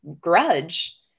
grudge